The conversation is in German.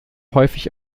häufig